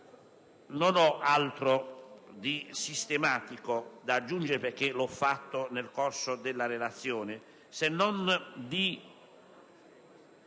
Non ho altro di sistematico da aggiungere, perché l'ho fatto nel corso della relazione, se non